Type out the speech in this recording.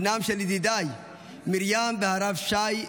בנם של ידידיי מרים והרב שי,